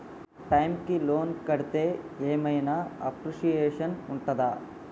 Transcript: Time కి loan కడ్తే ఏం ఐనా అప్రిషియేషన్ ఉంటదా?